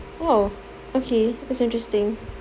oh okay that's interesting